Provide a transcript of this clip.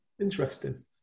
Interesting